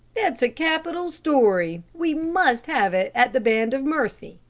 that's a capital story, we must have it at the band of mercy,